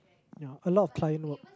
ya a lot of client work